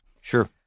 Sure